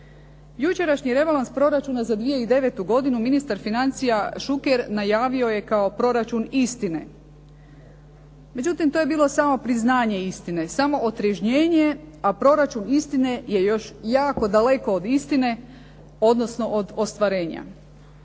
Jučerašnji rebalans proračuna za 2009. godinu ministar financija Šuker najavio je kao proračun istine. Međutim, to je bilo samo priznanje istine, samo otrežnjenje a proračun istine je još jako daleko od istine odnosno od ostvarenja.